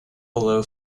below